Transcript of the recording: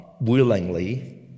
willingly